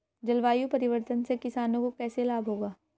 जलवायु परिवर्तन से किसानों को कैसे लाभ होगा?